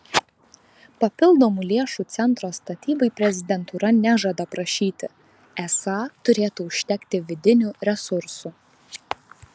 papildomų lėšų centro statybai prezidentūra nežada prašyti esą turėtų užtekti vidinių resursų